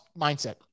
mindset